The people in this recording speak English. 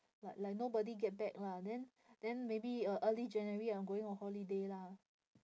li~ like nobody get back lah then then maybe uh early january I'm going on holiday lah